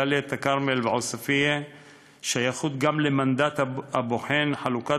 דאלית-אלכרמל ועוספיא שייכות גם למנדט הבוחן חלוקת